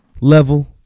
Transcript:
level